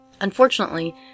Unfortunately